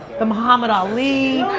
the muhammad ali,